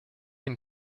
une